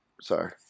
sorry